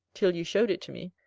till you showed it to me.